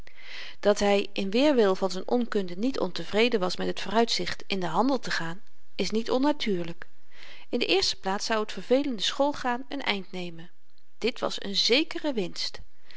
dat hy in weerwil van z'n onkunde niet ontevreden was met het vooruitzicht in den handel te gaan is niet onnatuurlyk in de eerste plaats zou t vervelende school gaan n eind nemen dit was n zékere winst